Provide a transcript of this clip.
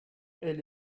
elle